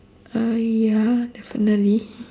uh ya definitely